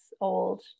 old